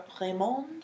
Raymond